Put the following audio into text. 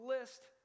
list